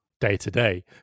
day-to-day